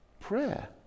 prayer